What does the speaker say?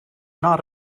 not